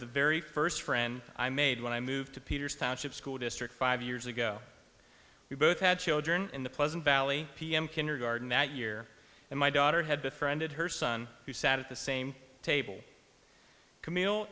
the very first friend i made when i moved to peter's township school district five years ago we both had children in the pleasant valley p m kindergarten that year and my daughter had befriended her son who sat at the same table camille